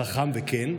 חכם וכן,